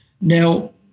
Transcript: Now